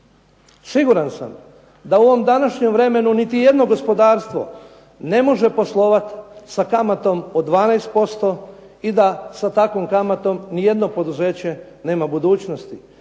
Siguran sam da u ovom današnjem vremenu niti jedno gospodarstvo ne može poslovati sa kamatom od 12% i da sa takvom kamatom nijedno poduzeće nema budućnosti.